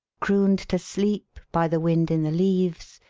crooned to sleep by the wind in the leaves,